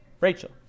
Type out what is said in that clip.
Rachel